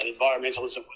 environmentalism